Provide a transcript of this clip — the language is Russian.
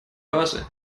базы